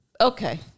okay